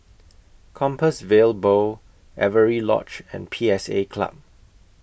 Compassvale Bow Avery Lodge and P S A Club